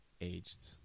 aged